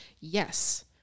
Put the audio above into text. Yes